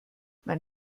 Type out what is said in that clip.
mein